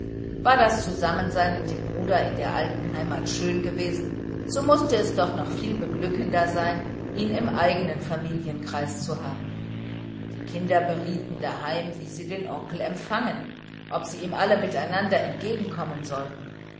war das zusammensein mit dem bruder in der alten heimat schön gewesen so mußte es doch noch viel beglückender sein ihn im eigenen familienkreis zu haben die kinder daheim berieten wie sie den onkel empfangen ob sie ihm alle miteinander entgegenkommen sollten